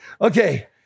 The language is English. Okay